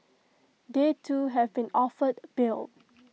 they too have been offered bail